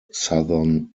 southern